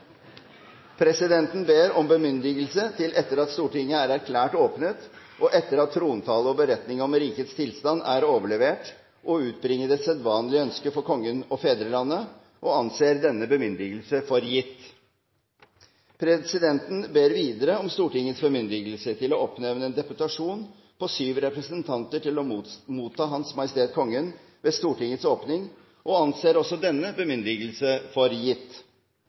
Presidenten ber om bemyndigelse til, etter at Stortinget er erklært åpnet, og etter at trontalen og beretningen om rikets tilstand er overlevert, å utbringe det sedvanlige ønske for Kongen og fedrelandet – og anser denne bemyndigelse for gitt. Presidenten ber videre om Stortingets bemyndigelse til å oppnevne en deputasjon på syv representanter til å motta Hans Majestet Kongen ved Stortingets åpning og anser også denne bemyndigelse for gitt.